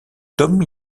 tom